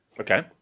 Okay